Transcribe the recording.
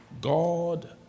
God